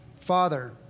Father